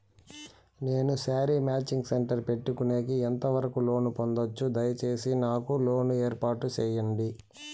నేను sari matching centre పెట్టుకునేకి ఎంత వరకు లోను పొందొచ్చు? దయసేసి నాకు లోను ఏర్పాటు సేయండి?